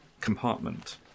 compartment